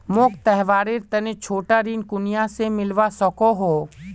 मोक त्योहारेर तने छोटा ऋण कुनियाँ से मिलवा सको हो?